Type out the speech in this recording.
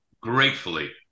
Gratefully